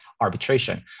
arbitration